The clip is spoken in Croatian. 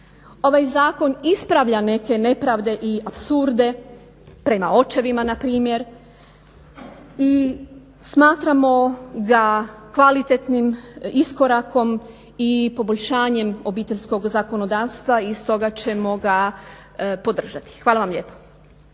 Ovaj zakon ispravlja neke nepravde i apsurde prema očevima npr. i smatramo ga kvalitetnim iskorakom i poboljšanjem obiteljskog zakonodavstva i stoga ćemo ga podržati. Hvala vam lijepa.